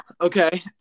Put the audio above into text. Okay